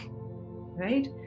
right